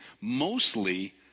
mostly